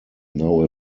now